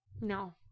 No